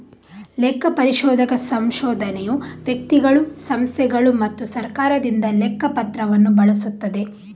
ಲೆಕ್ಕ ಪರಿಶೋಧಕ ಸಂಶೋಧನೆಯು ವ್ಯಕ್ತಿಗಳು, ಸಂಸ್ಥೆಗಳು ಮತ್ತು ಸರ್ಕಾರದಿಂದ ಲೆಕ್ಕ ಪತ್ರವನ್ನು ಬಳಸುತ್ತದೆ